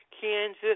Kansas